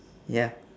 ya